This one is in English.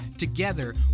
Together